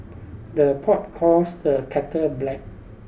the pot calls the kettle black